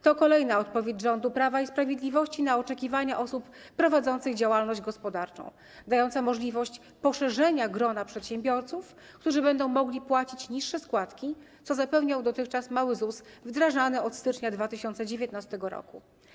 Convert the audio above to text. To kolejna odpowiedź rządu Prawa i Sprawiedliwości na oczekiwania osób prowadzących działalność gospodarczą, dająca możliwość poszerzenia grona przedsiębiorców, którzy będą mogli płacić niższe składki, co zapewniał dotychczas mały ZUS, wdrażany od stycznia 2019 r.